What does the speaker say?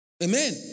Amen